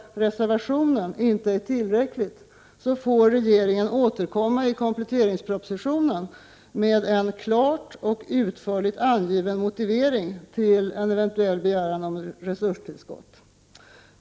Anslag för utökning av bifall till reservationen inte är tillräckligt, får regeringen återkomma i ers NOR oe kompletteringspropositionen med en klart och utförligt angiven motivering departerweniet till en eventuell begäran om resurstillskott.